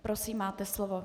Prosím, máte slovo.